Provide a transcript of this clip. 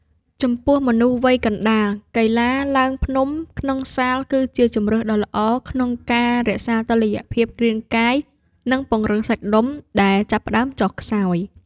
ចំពោះមនុស្សវ័យកណ្ដាល កីឡាឡើងភ្នំក្នុងសាលគឺជាជម្រើសដ៏ល្អក្នុងការរក្សាតុល្យភាពរាងកាយ និងពង្រឹងសាច់ដុំដែលចាប់ផ្តើមចុះខ្សោយ។